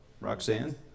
Roxanne